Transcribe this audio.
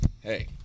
Hey